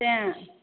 तैं